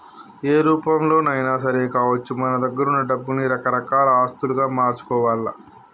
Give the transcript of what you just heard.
ఏ రూపంలోనైనా సరే కావచ్చు మన దగ్గరున్న డబ్బుల్ని రకరకాల ఆస్తులుగా మార్చుకోవాల్ల